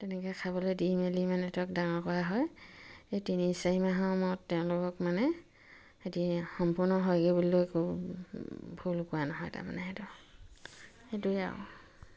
তেনেকৈ খাবলৈ দি মেলি মানে তেওঁক ডাঙৰ কৰা হয় এই তিনি চাৰি মাহৰ সময়ত তেওঁলোকক মানে হেতি সম্পূৰ্ণ হয়গে বুলি ভুল কোৱা নহয় তাৰমানে সেইটো সেইটোৱে আৰু